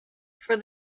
for